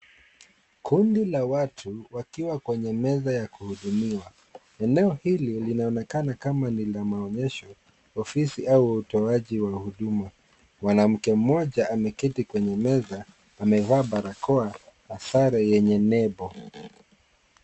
Kundi la watu wakiwa kwenye meza ya kuhudumiwa. Eneo hili linaonekana kama ni la maonyesho, ofisi, au utoaji wa huduma. Mwanamke mmoja ameketi kwenye meza, amevaa barakoa na sare yenye nembo.